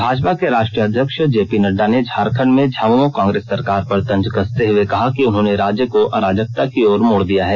भाजपा के राष्ट्रीय अध्यक्ष जेपी नड्डा ने झारखंड में झामुमो कांग्रेस सरकार पर तंज कसते हुए कहा कि उन्होंने राज्य को अराजकता की ओर मोड़ दिया है